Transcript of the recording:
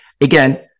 again